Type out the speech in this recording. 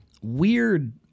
weird